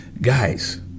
Guys